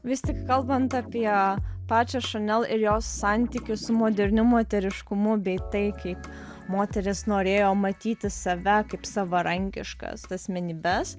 vis tik kalbant apie pačią chanel ir jos santykį su moderniu moteriškumu bei tai kaip moterys norėjo matyti save kaip savarankiškas asmenybes